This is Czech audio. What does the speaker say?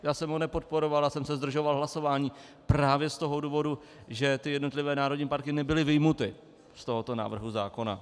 Já jsem ho nepodporoval, já jsem se zdržoval hlasování právě z toho důvodu, že ty jednotlivé národní parky nebyly vyjmuty z tohoto návrhu zákona.